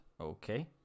Okay